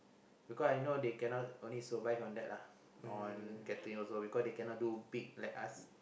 because I know they cannot only survive on that lah on catering also because they cannot do big like us